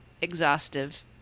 exhaustive